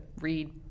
read